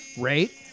rate